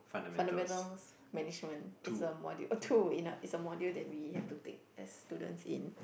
fundamentals management it's a module oh too in a it's a module that we have to take as students in